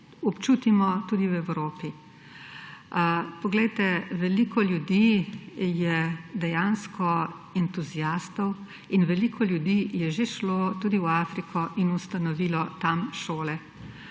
občutimo tudi v Evropi. Poglejte, veliko ljudi je dejansko entuziastov in veliko ljudi je že šlo tudi v Afriko in ustanovilo tam šole,